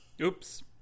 Oops